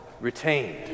retained